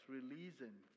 Releasing